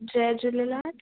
Jay Jhulelal